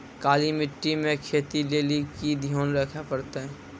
काली मिट्टी मे खेती लेली की ध्यान रखे परतै?